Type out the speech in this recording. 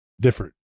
Different